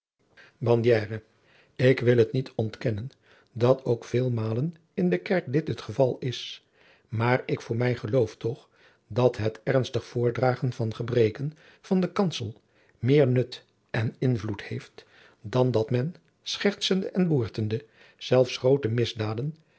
ik wil het niet ontkennen dat ook adriaan loosjes pzn het leven van maurits lijnslager veelmalen in de kerk dit het geval is maar ik voor mij geloof toch dat het ernstig voordragen van gebreken van den kansel meer nut en invloed heeft dan dat men schertsende en boertende zelfs groote misdaden